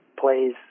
plays